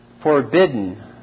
Forbidden